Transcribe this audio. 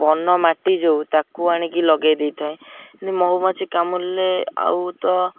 ବନ ମାଟି ଯେଉଁ ତାକୁ ଆଣିକି ଲଗେଇ ଦେଇଥାଏ କିନ୍ତୁ ମହୁମାଛି କାମୁଡ଼ିଲେ ଆଉ ତ